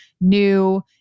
new